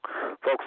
Folks